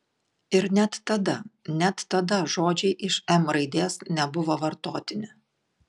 ir net tada net tada žodžiai iš m raidės nebuvo vartotini